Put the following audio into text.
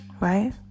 Right